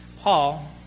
Paul